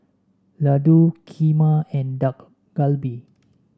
Ladoo Kheema and Dak Galbi